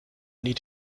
nie